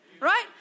right